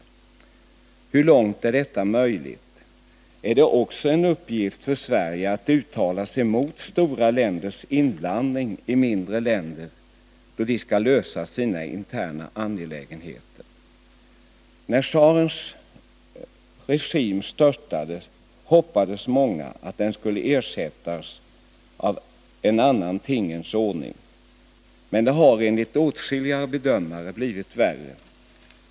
Hur långt är detta möjligt? Är det också en uppgift för Sverige att uttala sig mot stora länders inblandning i mindre länder, då de skall lösa sina interna angelägenheter? När schahens regim störtades hoppades många att den skulle ersättas av en annan tingens ordning. Men det har enligt åtskilliga bedömare blivit värre.